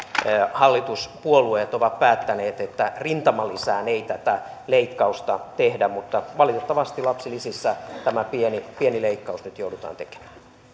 hallituspuolueet ovat päättäneet että rintamalisään ei tätä leikkausta tehdä mutta valitettavasti lapsilisissä tämä pieni pieni leikkaus nyt joudutaan tekemään